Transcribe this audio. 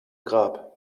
grab